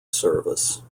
service